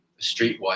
streetwise